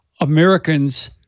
Americans